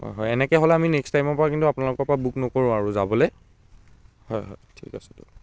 হয় এনেকৈ হ'লে আমি নেক্সট টাইমৰ পৰা কিন্তু আপোনালোকৰ পৰা বুক নকৰোঁ আৰু যাবলৈ হয় হয় ঠিক আছে